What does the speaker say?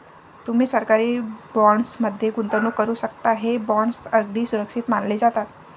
तुम्ही सरकारी बॉण्ड्स मध्ये गुंतवणूक करू शकता, हे बॉण्ड्स अगदी सुरक्षित मानले जातात